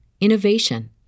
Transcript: innovation